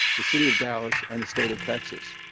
the city of dallas, and the state of texas.